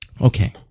Okay